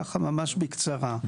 ככה ממש בקצרה.